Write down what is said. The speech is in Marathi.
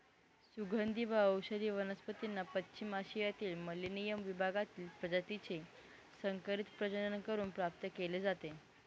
सुगंधी व औषधी वनस्पतींना पश्चिम आशियातील मेलेनियम विभागातील प्रजातीचे संकरित प्रजनन करून प्राप्त केले जाते